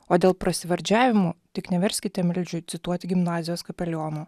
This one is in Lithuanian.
o dėl prasivardžiavimų tik neverskite meldžiu cituoti gimnazijos kapeliono